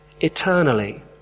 eternally